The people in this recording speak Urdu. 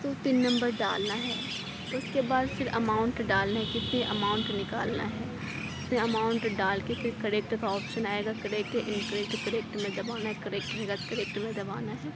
تو پن نمبر ڈالنا ہے اس کے بعد پھر اماؤنٹ ڈالنا ہے کتنی اماؤنٹ نکالنا ہے پھر اماؤنٹ ڈال کے پھر کریکٹ کا آپسن آئے گا کریکٹ انکریکٹ کریکٹ میں دبانا ہے کریکٹ رہے گا کریکٹ میں دبانا ہے